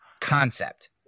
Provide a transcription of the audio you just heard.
concept